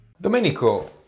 Domenico